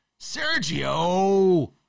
Sergio